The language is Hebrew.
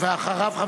אחריו,